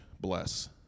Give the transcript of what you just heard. Bless